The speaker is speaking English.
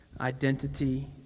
identity